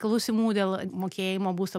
klausimų dėl mokėjimo būsto